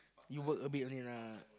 you work a bit only lah